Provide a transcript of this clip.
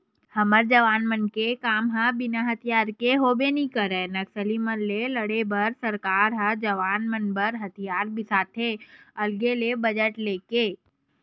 हमर जवान मन के काम ह बिना हथियार के तो होबे नइ करय नक्सली मन ले लड़े बर सरकार ह जवान मन बर हथियार बिसाथे अलगे ले बजट लेके